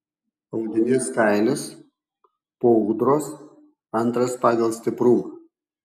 audinės kailis po ūdros antras pagal stiprumą